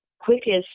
quickest